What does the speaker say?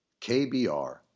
KBR